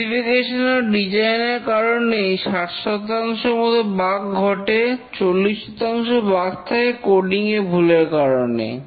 specification এবং design এর কারণেই 60 মত বাগ ঘটে 40 বাগ থাকে কোডিং এ ভুলের কারণে